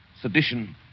sedition